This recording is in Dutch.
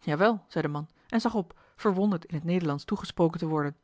ja wel zei de man en zag op verwonderd in het nederlandsch toegesproken te worden